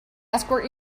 escort